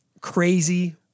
crazy